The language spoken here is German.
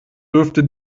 dürfte